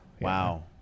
wow